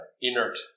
Inert